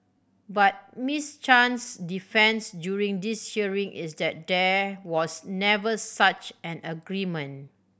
but Miss Chan's defence during this hearing is that there was never such an agreement